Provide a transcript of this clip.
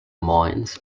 moines